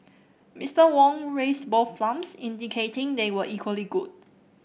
Mister Wong raised both thumbs indicating they were equally good